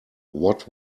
what